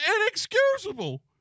inexcusable